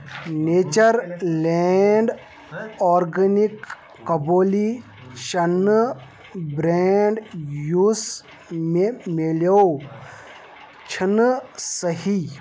nature Land آرگٔنِکۍ کبولی چنہٕ برینڈ یُس مےٚ مِلیٚو چھنہٕ صٔحیح